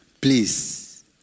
please